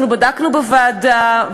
אנחנו בדקנו בוועדה,